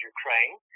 Ukraine